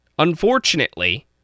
Unfortunately